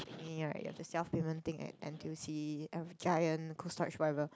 ya you have the self payment thing at n_t_u_c um Giant Cold Storage whatever